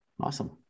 Awesome